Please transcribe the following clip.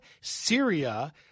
Syria